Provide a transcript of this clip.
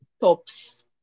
tops